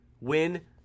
win